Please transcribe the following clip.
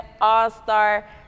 all-star